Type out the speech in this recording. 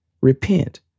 repent